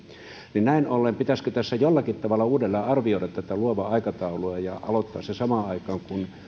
näin ollen pitäisikö tässä jollakin tavalla uudelleen arvioida tätä luovan aikataulua ja aloittaa se samaan aikaan kuin